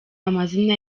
amazina